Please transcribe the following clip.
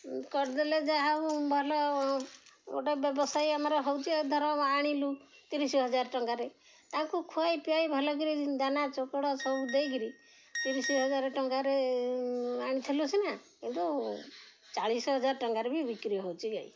କରିଦେଲେ ଯାହା ହଉ ଭଲ ଗୋଟେ ବ୍ୟବସାୟୀ ଆମର ହେଉଛି ଧର ଆଣିଲୁ ତିରିଶି ହଜାର ଟଙ୍କାରେ ତାଙ୍କୁ ଖୁଆଇ ପିଆଇ ଭଲ କିରି ଦାନା ଚୋକଡ଼ ସବୁ ଦେଇକିରି ତିରିଶି ହଜାର ଟଙ୍କାରେ ଆଣିଥିଲୁ ସିନା କିନ୍ତୁ ଚାଳିଶ ହଜାର ଟଙ୍କାରେ ବି ବିକ୍ରି ହେଉଛି ଗାଈ